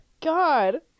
God